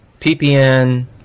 PPN